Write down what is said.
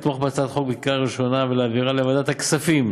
לתמוך בהצעת החוק בקריאה הראשונה ולהעבירה לוועדת הכספים